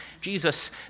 Jesus